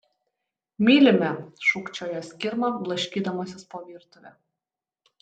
mylime šūkčiojo skirma blaškydamasis po virtuvę